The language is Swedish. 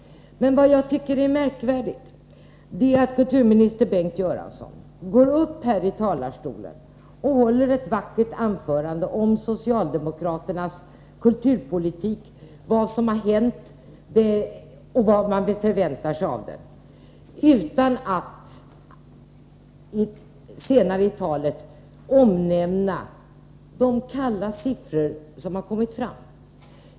Men vad jag tycker är märkvärdigt är att kulturminister Bengt Göransson från riksdagens talarstol håller ett vackert anförande om socialdemokraternas kulturpolitik, vad som har hänt och vad man väntar sig av den, utan att omnämna de kalla siffror som har presenterats.